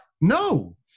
No